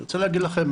אני רוצה להגיד לכם,